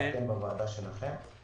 אתם בוועדה שלכם,